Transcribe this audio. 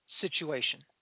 situation